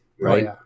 Right